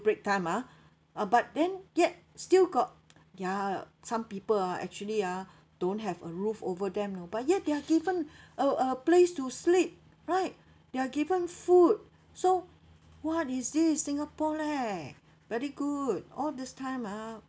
break time ah uh but then yet still got ya some people ah actually ah don't have a roof over them you know but yet they're given a a place to sleep right they are given food so what is this singapore leh very good all this time ah